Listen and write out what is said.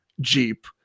Jeep